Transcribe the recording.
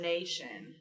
Nation